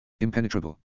Impenetrable